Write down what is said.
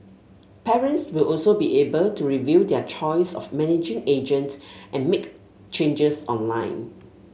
parents will also be able to review their choice of managing agent and make changes online